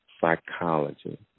psychology